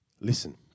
Listen